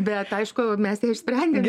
bet aišku mes ją išsprendėm